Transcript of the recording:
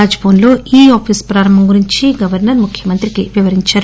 రాజ్ భవస్ లో ఈ ఆఫీస్ ప్రారంభం గురించి గవర్నర్ ముఖ్యమంత్రికి వివరించారు